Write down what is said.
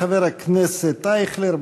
חבר הכנסת אייכלר,